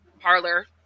parlor